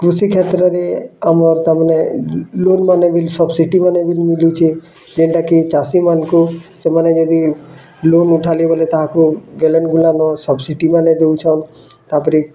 କୃଷିକ୍ଷେତ୍ରରେ ଆମର୍ ତା ମାନେ ଲୋନ୍ ମାନେ ବି ସବସିଡ଼ି ମାନେ ବି ମିଲୁଛେ ଯେଣ୍ଟା କି ଚାଷି ମାନଙ୍କୁ ସେମାନେ ଯଦି ଲୋନ୍ ଉଠାଲେ ବୋଲି ତାହାକୁ ସବସିଡ଼ି ମାନ ଦଉଛନ୍ ତା ପରେ